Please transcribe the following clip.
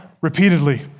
repeatedly